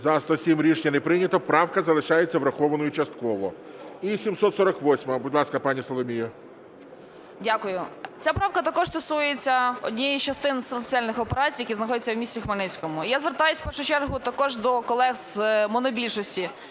За-107 Рішення не прийнято. Правка залишається врахованою частково. І, 748-а, будь ласка, пані Соломія. 11:17:50 БОБРОВСЬКА С.А. Дякую. Ця правка також стосується однієї з частин спеціальних операцій, які знаходяться в місті Хмельницькому. Я звертаюсь в першу чергу також до колег з монобільшості,